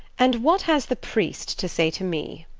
and what has the priest to say to me?